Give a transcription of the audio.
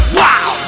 wow